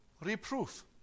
reproof